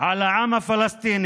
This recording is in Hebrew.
על העם הפלסטיני,